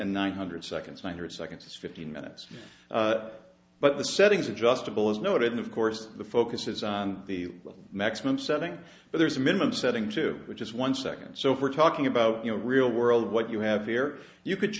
one hundred seconds one hundred seconds is fifteen minutes but the settings adjustable is noted of course the focus is on the maximum setting but there's a minimum setting to which is one second so if we're talking about you know real world what you have here you could